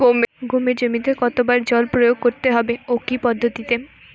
গমের জমিতে কতো বার জল প্রয়োগ করতে হবে ও কি পদ্ধতিতে?